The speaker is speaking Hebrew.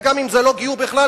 וגם אם זה לא גיור בכלל,